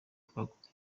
twakoze